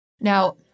Now